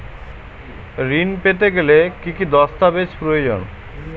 ঋণ পেতে গেলে কি কি দস্তাবেজ প্রয়োজন?